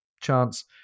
chance